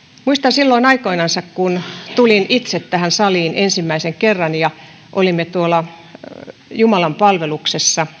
silloin aikoinansa kun tulin itse tähän saliin ensimmäisen kerran ja olimme tuolla jumalanpalveluksessa